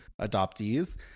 adoptees